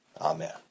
amen